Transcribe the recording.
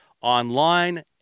online